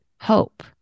hope